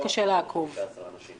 ל-15 אנשים.